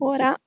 Ora